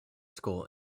school